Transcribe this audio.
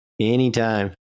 Anytime